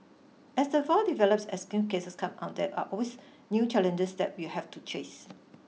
as the develops as new cases come up there are always new challenges that we have to chase